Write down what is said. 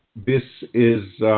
this is